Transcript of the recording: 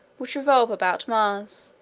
which revolve about mars